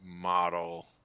model